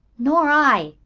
nor i,